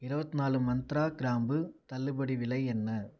இரவத்து நாலு மந்த்ரா கிராம்பு தள்ளுபடி விலை என்ன